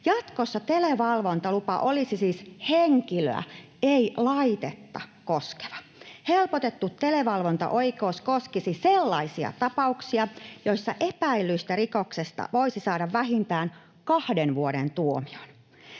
Jatkossa televalvontalupa olisi siis henkilöä, ei laitetta koskeva. Helpotettu televalvontaoikeus koskisi sellaisia tapauksia, joissa epäillystä rikoksesta voisi saada vähintään kahden vuoden tuomion.